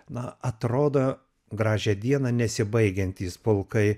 na atrodo gražią dieną nesibaigiantys pulkai